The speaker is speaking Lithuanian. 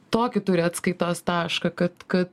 tokį turi atskaitos tašką kad kad